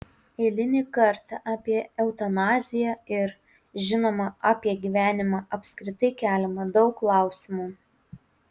eilinį kartą apie eutanaziją ir žinoma apie gyvenimą apskritai keliama daug klausimų